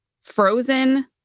frozen